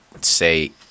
say